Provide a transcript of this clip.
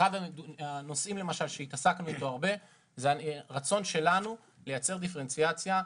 אחד הנושאים שעסקנו בו הרבה הוא הרצון שלנו לייצר דיפרנציאציה.